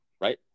right